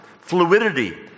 fluidity